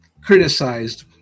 criticized